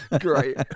great